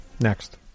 Next